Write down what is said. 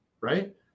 right